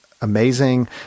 amazing